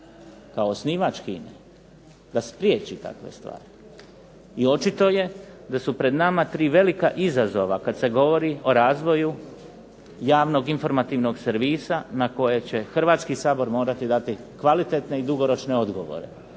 kao osnivački da spriječi takve stvari, i očito je da su pred nama tri velika izazova kad se govori o razvoju javnog informativnog servisa na koje će Hrvatski sabor morati dati kvalitetne i dugoročne odgovore,